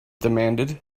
demanded